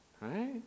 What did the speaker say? right